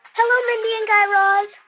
hello, mindy and guy raz.